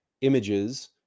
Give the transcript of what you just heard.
images